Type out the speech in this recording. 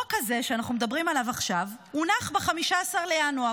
החוק הזה שאנחנו מדברים עליו עכשיו הונח ב-15 בינואר.